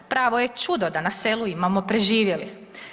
Pravo je čudo da na selu imamo preživjelih.